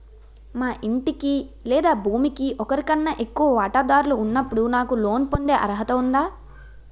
మా ఇంటికి లేదా భూమికి ఒకరికన్నా ఎక్కువ వాటాదారులు ఉన్నప్పుడు నాకు లోన్ పొందే అర్హత ఉందా?